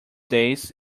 days